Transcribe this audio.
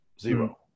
Zero